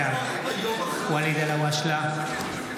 בעד ואליד אלהואשלה,